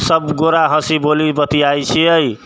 सब गोरा हँसी बोली बतियाइ छियै